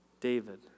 David